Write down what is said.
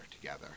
together